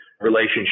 relationship